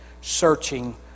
searching